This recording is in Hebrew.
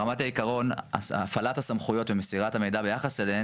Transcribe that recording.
ברמת העיקרון הפעלת הסמכויות שמסירה את המידע ביחס אליהן,